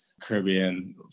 Caribbean